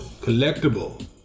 collectible